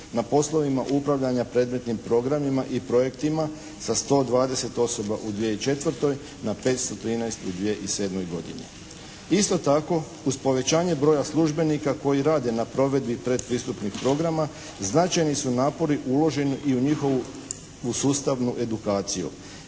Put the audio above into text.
na poslovima upravljanja predmetnim programima i projektima sa 120 osoba u 2004. na 513 u 2007. godini. Isto tako uz povećanje broja službenika koji rade na provedbi predpristupnih programa značajni su napori uloženi i u njihovu u sustavnu edukaciju.